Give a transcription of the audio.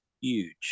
huge